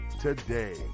today